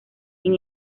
sin